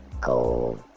go